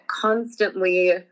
constantly